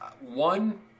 One